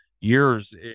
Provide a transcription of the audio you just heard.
years